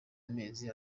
amezi